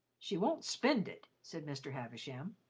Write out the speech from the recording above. she won't spend it, said mr. havisham.